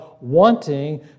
wanting